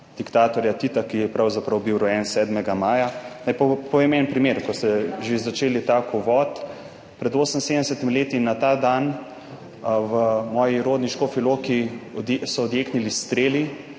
diktatorja Tita, ki je pravzaprav bil rojen 7. maja. Povem en primer, ko ste že začeli tak uvod. Pred 78 leti so na ta dan v moji rodni Škofji Loki odjeknili streli.